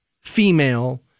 female